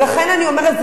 ולכן אני אומרת,